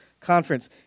Conference